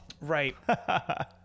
Right